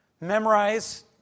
Memorize